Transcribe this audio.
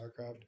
StarCraft